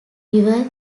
river